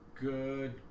Good